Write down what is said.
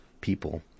people